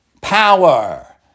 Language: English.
power